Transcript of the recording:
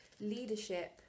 leadership